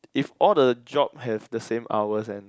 if all the job have the same hours and